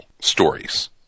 stories